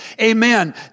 Amen